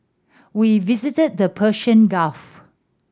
we visited the Persian Gulf